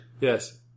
Yes